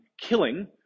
killing